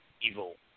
Evil